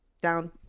down